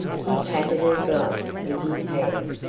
he patted her glove with his hand.